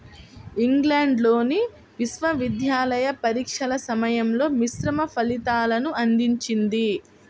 ఇంగ్లాండ్లోని విశ్వవిద్యాలయ పరీక్షల సమయంలో మిశ్రమ ఫలితాలను అందించింది